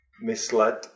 misled